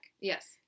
Yes